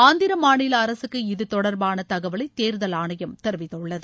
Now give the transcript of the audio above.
ஆந்திர மாநில அரசுக்கு இதுதொடர்பான தகவலை தேர்தல் ஆணையம் தெரிவித்துள்ளது